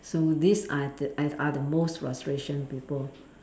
so these are the are are the most frustration people